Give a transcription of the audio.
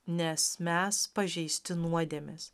nes mes pažeisti nuodėmės